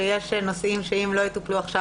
שיש נושאים שאם לא יטופלו עכשיו,